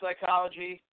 psychology